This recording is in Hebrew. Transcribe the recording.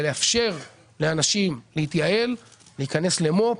לאפשר לאנשים להתייעל ולהיכנס למו"פ,